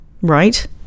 right